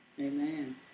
Amen